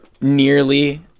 nearly